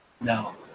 No